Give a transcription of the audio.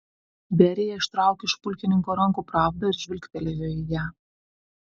berija ištraukė iš pulkininko rankų pravdą ir žvilgtelėjo į ją